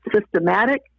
systematic